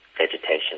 vegetation